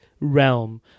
realm